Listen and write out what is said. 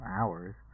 hours